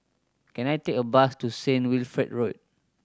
can I take a bus to Saint Wilfred Road